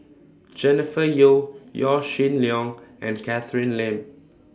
Jennifer Yeo Yaw Shin Leong and Catherine Lim